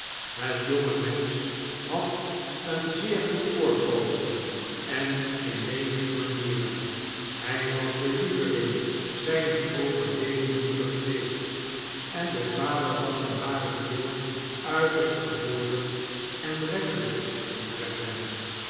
het jonge mensch had een zeer goed voorkomen en innemende manieren hy was de leveling zyner overledene moeder geweest en de vader was om harentwil tiiterst geduldig en rekkelyk omtrent hem